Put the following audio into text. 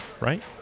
right